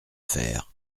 faire